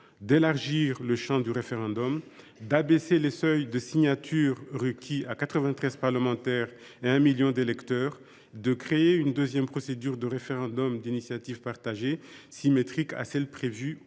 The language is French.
d’élargir le champ du référendum, d’abaisser les seuils de signatures requis à 93 parlementaires et 1 million d’électeurs, de créer une deuxième procédure de référendum d’initiative partagée, symétrique de celle prévue aujourd’hui,